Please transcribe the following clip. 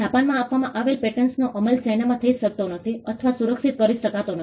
જાપાનમાં આપવામાં આવેલા પેટન્ટ્સનો અમલ ચાઇનામાં થઈ શકતો નથી અથવા સુરક્ષિત કરી શકાતો નથી